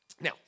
now